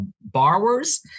borrowers